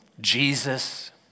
Jesus